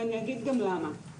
ואני אגיד גם למה,